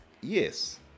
Yes